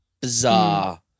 bizarre